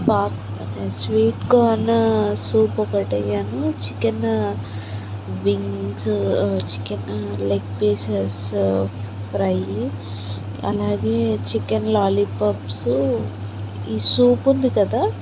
pop sweet corn soup ఒకటి ఇయ్యండి chicken wings chicken leg pieces fry అలాగే chicken lollipops ఈ సూప్ ఉంది కదా